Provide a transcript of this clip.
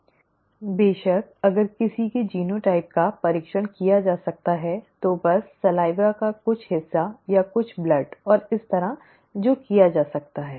बेशक अगर किसी के जीनोटाइप का परीक्षण किया जा सकता है तो बस लार का कुछ हिस्सा या कुछ रक्त और इस तरह जो किया जा सकता है